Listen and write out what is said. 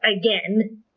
again